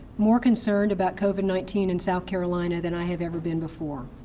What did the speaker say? more concerned about covid nineteen in south carolina than i have ever been before.